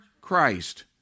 Christ